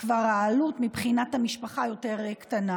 כבר העלות מבחינת המשפחה יותר קטנה.